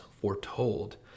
foretold